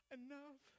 enough